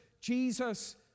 Jesus